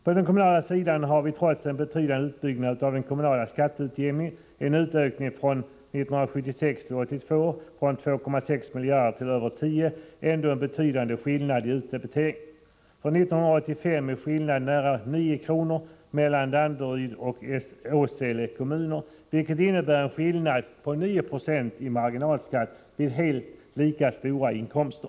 På den kommunala sidan har vi trots en betydande utbyggnad av den kommunala skatteutjämningen — en utökning från 1976 till 1982 från 2,6 miljarder till över 10 miljarder — ändå en betydande skillnad i utdebiteringen. För 1985 är skillnaden nära 9 kr. mellan Danderyds och Åsele kommuner, vilket ju innebär en skillnad på 9 20 i marginalskatt vid helt lika stora inkomster.